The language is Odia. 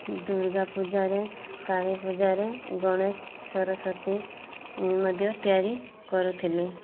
ଦୁର୍ଗ ପୂଜାରେ କାଳୀ ପୂଜାରେ ଗଣେଶ ସରସ୍ବତୀ ମଧ୍ୟ ତିଆରି କରୁଥିଲି